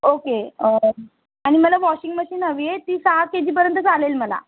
okay आणि मला washing machine हवी आहे ती सहा के जीपर्यंत चालेल मला